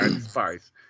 spice